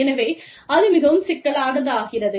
எனவே அது மிகவும் சிக்கலானதாகிறது